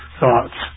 thoughts